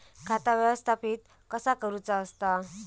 खाता व्यवस्थापित कसा करुचा असता?